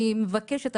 אני מבקשת,